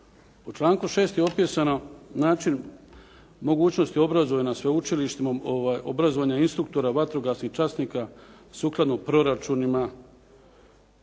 U članku 6. je opisano način mogućnosti obrazovanja na sveučilištu, obrazovanja instruktora, vatrogasnih časnika sukladno proračunima.